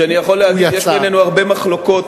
שאני יכול להגיד שיש בינינו הרבה מחלוקות